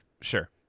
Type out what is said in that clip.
sure